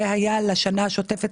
זה היה לשנה השוטפת